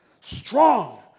strong